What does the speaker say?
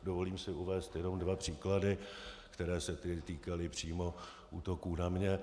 Dovolím si uvést jenom dva příklady, které se týkaly přímo útoků na mě.